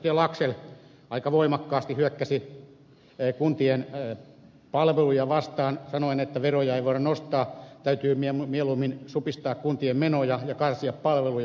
laxell aika voimakkaasti hyökkäsi kuntien palveluja vastaan sanoen että veroja ei voida nostaa täytyy mieluummin supistaa kuntien menoja ja karsia palveluja